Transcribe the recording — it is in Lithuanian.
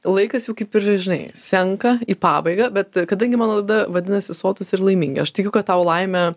laikas jau kaip ir žinai slenka į pabaigą bet kadangi mano laida vadinasi sotūs ir laimingi aš tikiu kad tau laimę